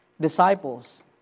disciples